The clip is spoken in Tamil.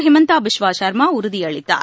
ஹிமந்தா பிஸ்வா சர்மா உறுதியளித்தார்